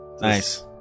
nice